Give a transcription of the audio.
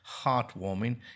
heartwarming